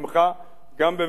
גם בבית-המשפט העליון,